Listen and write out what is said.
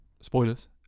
spoilers